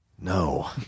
No